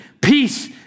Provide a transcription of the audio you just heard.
peace